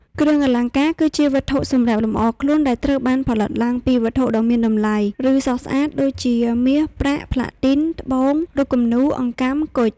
គ្រឿងអលង្ការ គឺជាវត្ថុសម្រាប់លម្អខ្លួនដែលត្រូវបានផលិតឡើងពីវត្ថុធាតុដ៏មានតម្លៃ ឬស្រស់ស្អាត ដូចជា មាស ប្រាក់ ផ្លាទីន ត្បូង រូបគំនូរ អង្កាំ គុជ។